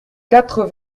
quatre